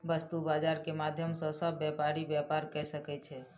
वस्तु बजार के माध्यम सॅ सभ व्यापारी व्यापार कय सकै छै